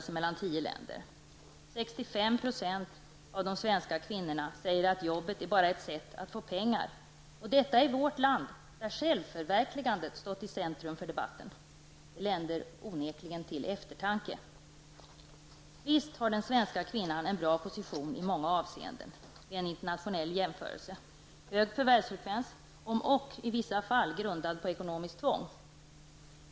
65 % av de svenska kvinnorna säger att jobbet bara är ett sätt att få pengar. Och detta i vårt land där självförverkligandet stått i centrum för debatten. Det länder onekligen till eftertanke. Visst har den svenska kvinnan en bra position i många avseenden vid en internationell jämförelse -- hög förvärvsfrekvens, om ock i vissa fall grundad på ekonomiskt tvång.